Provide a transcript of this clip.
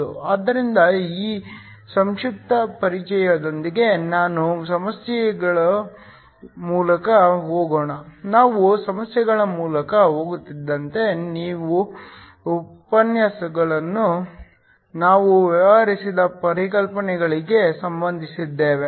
ಆದ್ದರಿಂದ ಈ ಸಂಕ್ಷಿಪ್ತ ಪರಿಚಯದೊಂದಿಗೆ ನಾನು ಸಮಸ್ಯೆಗಳ ಮೂಲಕ ಹೋಗೋಣ ನಾವು ಸಮಸ್ಯೆಗಳ ಮೂಲಕ ಹೋಗುತ್ತಿದ್ದಂತೆ ನಾವು ಉಪನ್ಯಾಸಗಳಲ್ಲಿ ನಾವು ವ್ಯವಹರಿಸಿದ ಪರಿಕಲ್ಪನೆಗಳಿಗೆ ಸಂಬಂಧಿಸಿದ್ದೇವೆ